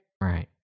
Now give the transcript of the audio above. Right